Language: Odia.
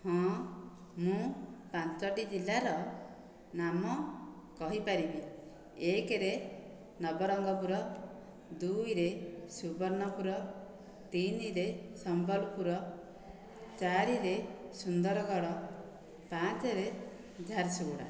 ହଁ ମୁଁ ପାଞ୍ଚୋଟି ଜିଲ୍ଲାର ନାମ କହିପାରିବି ଏକରେ ନବରଙ୍ଗପୁର ଦୁଇରେ ସୁବର୍ଣ୍ଣପୁର ତିନିରେ ସମ୍ବଲପୁର ଚାରିରେ ସୁନ୍ଦରଗଡ଼ ପାଞ୍ଚରେ ଝାରସୁଗୁଡ଼ା